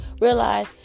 realize